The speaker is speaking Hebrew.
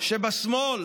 שבשמאל